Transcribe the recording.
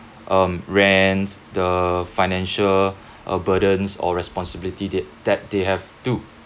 um rents the financial burdens or responsibility they that they have to